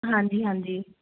ਹਾਂਜੀ ਹਾਂਜੀ